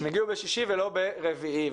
הן הגיעו ביום שישי ולא ביום רביעי.